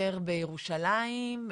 זה הסדרים בין קופות החולים,